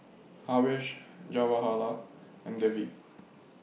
Haresh Jawaharlal and Devi